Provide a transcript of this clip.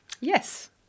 Yes